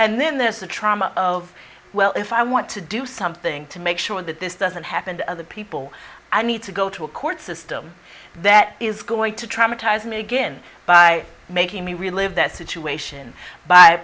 and then there's the trauma of well if i want to do something to make sure that this doesn't happen to other people i need to go to a court system that is going to traumatize me again by making me relive that situation b